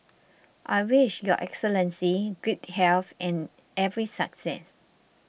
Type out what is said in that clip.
I wish Your Excellency good health and every success